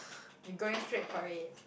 you going straight for it